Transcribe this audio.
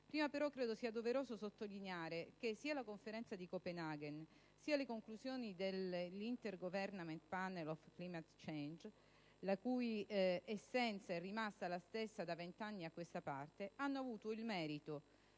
Prima, però, credo sia doveroso sottolineare che, sia la Conferenza di Copenaghen, sia le conclusioni dell'*Intergovernmental Panel on Climate Change* - la cui essenza è rimasta la stessa da 20 anni a questa parte - hanno avuto il merito